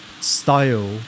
style